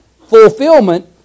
fulfillment